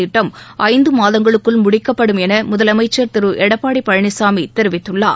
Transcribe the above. திட்டம் ஐந்து மாதங்களுக்குள் முடிக்கப்படும் என முதலமைச்சர் திரு எடப்பாடி பழனிசாமி தெரிவித்துள்ளார்